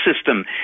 system